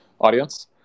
audience